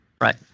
Right